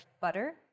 butter